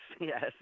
Yes